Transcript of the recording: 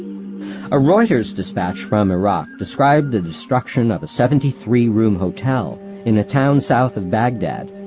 a reuters dispatch from iraq described the destruction of a seventy-three-room hotel in a town south of baghdad,